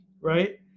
Right